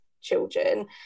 children